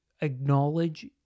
acknowledge